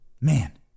Man